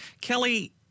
Kelly